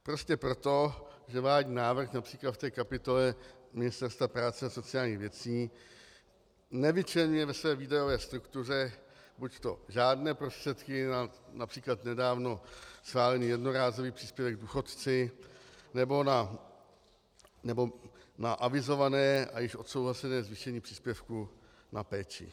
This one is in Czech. Prostě proto, že vládní návrh například v té kapitole Ministerstva práce a sociálních věcí nevyčleňuje ve své výdajové struktuře buďto žádné prostředky například na nedávno schválený jednorázový příspěvek důchodci nebo na avizované a již odsouhlasené zvýšení příspěvku na péči.